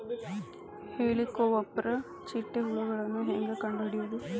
ಹೇಳಿಕೋವಪ್ರ ಚಿಟ್ಟೆ ಹುಳುಗಳನ್ನು ಹೆಂಗ್ ಕಂಡು ಹಿಡಿಯುದುರಿ?